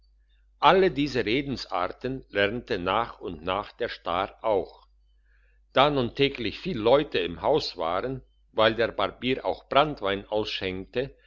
alle diese redensarten lernte nach und nach der star auch da nun täglich viel leute im haus waren weil der barbier auch branntwein ausschenkte